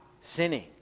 sinning